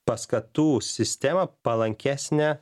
paskatų sistema palankesnę